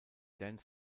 dance